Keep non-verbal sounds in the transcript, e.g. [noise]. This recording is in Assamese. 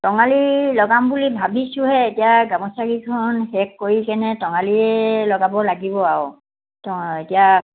টঙালী লগাম বুলি ভাবিছোঁ হে এতিয়া গামোচাকেইখন শেষ কৰি কেনে টঙালিয় লগাব লাগিব আৰু [unintelligible] এতিয়া